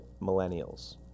millennials